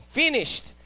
finished